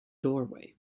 doorway